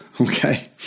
Okay